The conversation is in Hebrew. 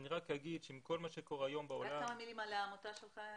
כמה מלים על העמותה שלך.